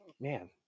man